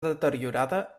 deteriorada